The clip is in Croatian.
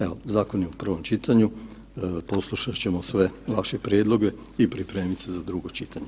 Evo, zakon je u prvom čitanju, poslušat ćemo sve vaše prijedloge i pripremiti se za drugo čitanje.